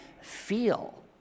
feel